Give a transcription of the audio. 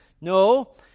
No